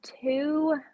two